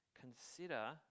Consider